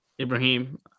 Ibrahim